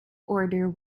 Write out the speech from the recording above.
order